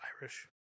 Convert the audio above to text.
Irish